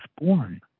born